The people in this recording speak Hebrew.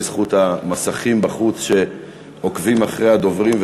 בזכות המסכים בחוץ שעוקבים אחרי הדוברים.